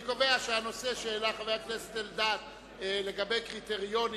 אני קובע שהנושא שהעלה חבר הכנסת אלדד לגבי קריטריונים